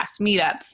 meetups